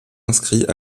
inscrit